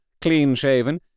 clean-shaven